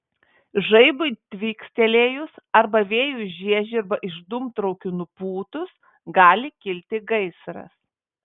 žaibui tvykstelėjus arba vėjui žiežirbą iš dūmtraukių nupūtus gali kilti gaisras